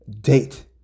date